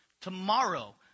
Tomorrow